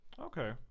Okay